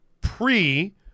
pre